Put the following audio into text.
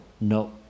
No